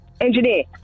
engineer